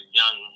young